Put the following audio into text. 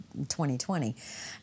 2020